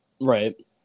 Right